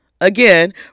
again